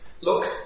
look